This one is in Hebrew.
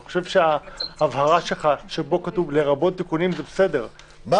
אני חושב שההבהרה שלך שבה כתוב "לרבות תיקונים" היא בסדר,